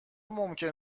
ممکنه